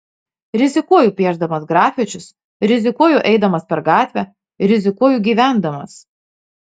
rizikuoju piešdamas grafičius rizikuoju eidamas per gatvę rizikuoju gyvendamas